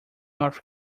north